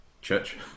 church